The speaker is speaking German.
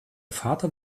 vater